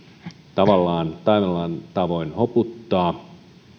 tavallaan tällä tavoin hoputtaa